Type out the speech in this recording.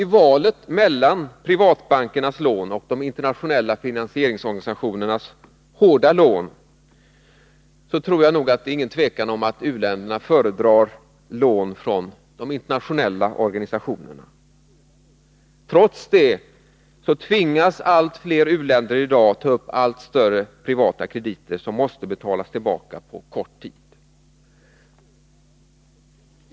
I valet mellan privatbankernas lån och de internationella finansieringsorganisationernas hårda lån är det inte något tvivel om att u-länderna föredrar lån från de internationella organisationerna. Trots det tvingas allt fler u-länder i dag att ta upp allt större privata krediter, som måste betalas tillbaka på kort tid.